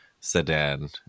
sedan